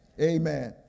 amen